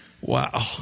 Wow